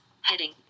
heading